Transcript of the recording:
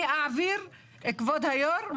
אני אעביר כבוד היו"ר,